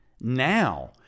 now